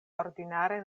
ordinare